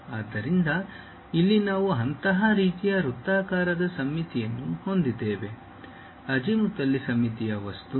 ಆದ್ದರಿಂದ ಇಲ್ಲಿ ನಾವು ಅಂತಹ ರೀತಿಯ ವೃತ್ತಾಕಾರದ ಸಮ್ಮಿತಿಯನ್ನು ಹೊಂದಿದ್ದೇವೆ ಅಜಿಮುಥಲ್ಲಿ ಸಮ್ಮಿತೀಯ ವಸ್ತು